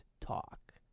talk